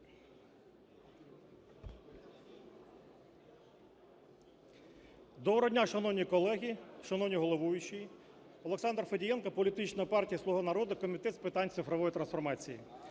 Доброго дня, шановні колеги, шановні головуючі! Олександр Федієнко, політична партія "Слуга народу", Комітет з питань цифрової трансформації.